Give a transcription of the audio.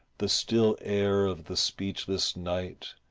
the still air of the speechless night,